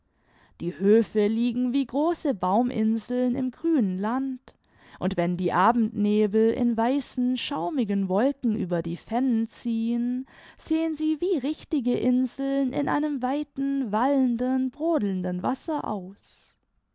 die höfe liegen wie große bauminseln im grünen land und wenn die abendnebel in weißen schaumigen wolken über die fennen ziehen sehen sie wie richtige inseln in einem weiten wallenden brodelnden wasser aus